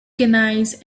gaines